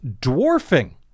dwarfing